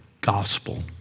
gospel